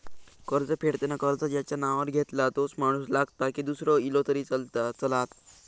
कर्ज फेडताना कर्ज ज्याच्या नावावर घेतला तोच माणूस लागता की दूसरो इलो तरी चलात?